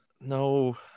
no